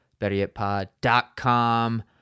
betteryetpod.com